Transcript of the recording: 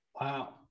wow